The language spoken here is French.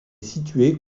situé